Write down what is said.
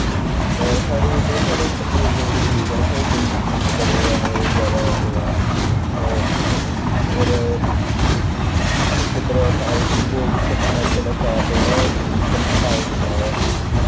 साढ़े इद्धर दूर केह् लेइयै जाना साढ़े जम्मू कश्मीर च बड़े जादा एह् ऐ होर इद्धर इक चिल्ला ट्रैक जेह्ड़ा सिक्कम च पाया जंदा ऐ